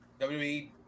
WWE